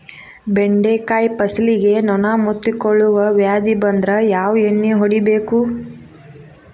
ಬೆಂಡೆಕಾಯ ಫಸಲಿಗೆ ನೊಣ ಮುತ್ತಿಕೊಳ್ಳುವ ವ್ಯಾಧಿ ಬಂದ್ರ ಯಾವ ಎಣ್ಣಿ ಹೊಡಿಯಬೇಕು?